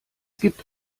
gibt